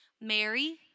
Mary